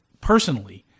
personally